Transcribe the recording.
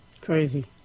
Crazy